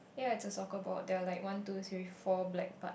yea I just saw got board there are like one two three four black part